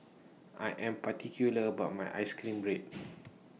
I Am particular about My Ice Cream Bread